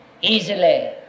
easily